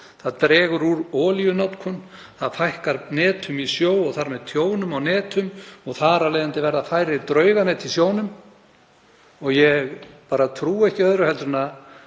það dregur úr olíunotkun, það fækkar netum í sjó og þar með tjónum á netum og þar af leiðandi verða færri drauganet í sjónum. Ég trúi ekki öðru en að